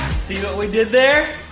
see what we did there?